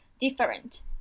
different